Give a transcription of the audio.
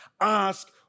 ask